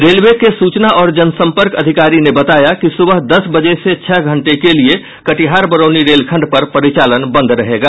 railway के सूचना और जनसंपर्क अधिकारी ने बताया कि सूबह दस बजे से छह घंटे के लिये कटिहार बरौनी रेलखंड पर परिचालन बंद रहेगा